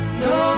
no